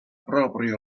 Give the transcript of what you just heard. proprio